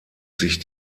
sich